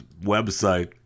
website